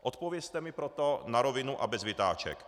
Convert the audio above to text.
Odpovězte mi proto na rovinu a bez vytáček.